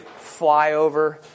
flyover